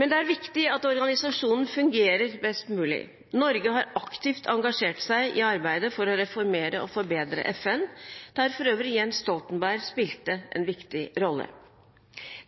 Men det er viktig at organisasjonen fungerer best mulig. Norge har aktivt engasjert seg i arbeidet for å reformere og forbedre FN, der for øvrig Jens Stoltenberg spilte en viktig rolle.